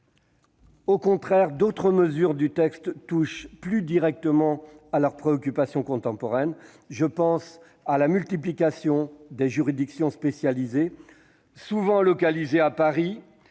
Au contraire, d'autres mesures du texte touchent plus directement à leurs préoccupations contemporaines. Je pense à la multiplication des juridictions spécialisées, souvent localisées à Paris,